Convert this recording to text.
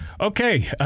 Okay